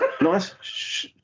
nice